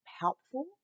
helpful